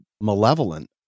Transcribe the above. malevolent